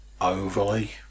overly